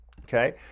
okay